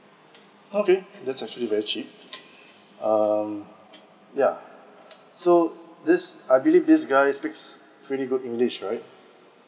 okay that is actually very cheap um yeah so this I believe this guy speaks pretty good english right